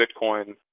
Bitcoin